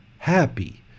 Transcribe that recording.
happy